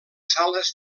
sales